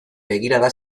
begirada